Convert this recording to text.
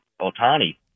Otani